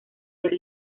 del